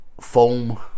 foam